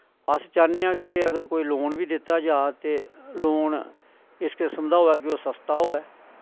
अस चाह्न्ने आं अगर कोई लोन बी दित्ता जा ते लोन इस किस्म दा होऐ कि सस्ता होऐ